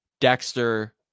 Dexter